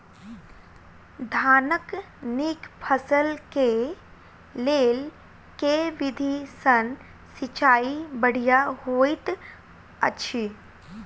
धानक नीक फसल केँ लेल केँ विधि सँ सिंचाई बढ़िया होइत अछि?